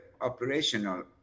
operational